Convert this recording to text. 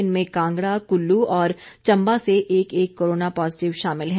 इनमें कांगड़ा कुल्लू और चंबा से एक एक कोरोना पॉजिटिव शामिल है